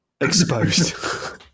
Exposed